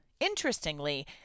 Interestingly